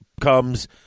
comes